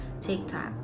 TikTok